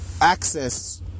access